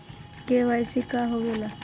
KYC का होवेला?